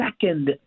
second